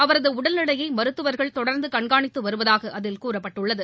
அவரது உடல்நிலையை மருத்துவர்கள் தொடர்ந்து கண்காணித்து வருவதாக அதில் கூறப்பட்டுள்ளது